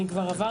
אני כבר עברתי.